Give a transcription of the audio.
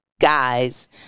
guys